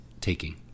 taking